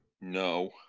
No